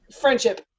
friendship